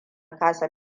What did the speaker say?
kasa